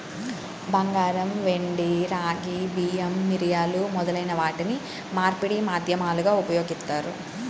బంగారం, వెండి, రాగి, బియ్యం, మిరియాలు మొదలైన వాటిని మార్పిడి మాధ్యమాలుగా ఉపయోగిత్తారు